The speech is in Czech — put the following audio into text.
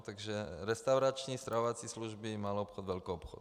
Takže restaurační, stravovací služby, maloobchod velkoobchod.